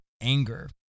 anger